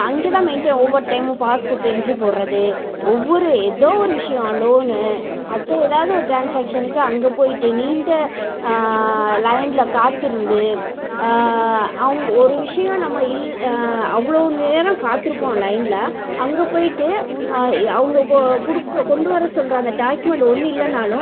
அங்கே தான் மெய்ன்டெய்ன் ஒவ்வொரு டைமும் பாஸ்புக் என்ட்ரி போடுறது ஒவ்வொரு ஏதோ ஒரு விஷயம் லோனு மற்ற ஏதாவுது ட்ரான்ஸாக்ஷனுக்கு அங்கே போயிட்டு நீண்ட லைனில் காத்திருந்து அவங் ஒரு விஷயம் நம்ம இல் அவ்வளோ நேரம் காத்திருப்போம் லைனில் அங்கே போயிட்டு அவங்க கோ கொடுக்கு கொண்டு வர சொல்கிற அந்த டாக்குமெண்ட் ஒன்றும் இல்லைனாலும்